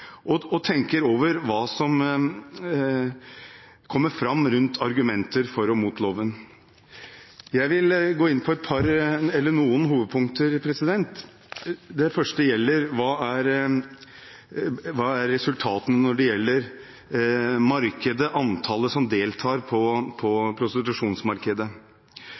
og tenker over hva som kommer fram av argumenter for og mot loven. Jeg vil gå inn på noen hovedpunkter. Det første gjelder hva som er resultatene når det gjelder markedet, antallet som deltar på prostitusjonsmarkedet.